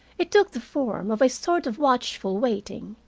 it took the form of a sort of watchful waiting,